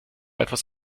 etwas